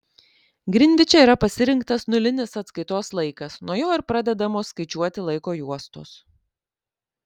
grinviče yra pasirinktas nulinis atskaitos laikas nuo jo ir pradedamos skaičiuoti laiko juostos